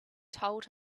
told